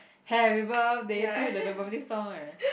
happy birthday to you the the birthday song eh